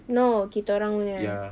no kita orang ini